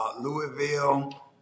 Louisville